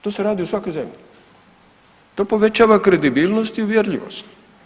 To se radi u svakoj zemlji, to povećava kredibilnost i uvjerljivost.